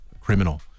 criminal